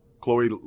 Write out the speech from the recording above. Chloe